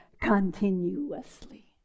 continuously